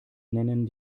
nennen